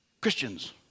Christians